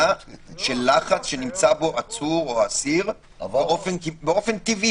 של לחץ שנמצא בו העצור או האסיר באופן טבעי,